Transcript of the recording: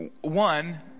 One